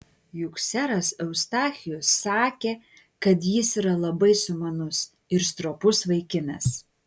juk seras eustachijus sakė kad jis yra labai sumanus ir stropus vaikinas